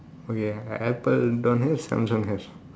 okay apple don't have Samsung has